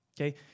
Okay